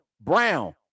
Brown